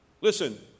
Listen